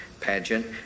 pageant